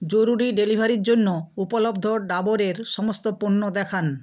জরুরি ডেলিভারির জন্য উপলব্ধ ডাবরের সমস্ত পণ্য দেখান